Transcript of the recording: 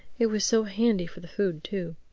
it was so handy for the food too.